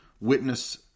Witness